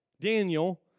Daniel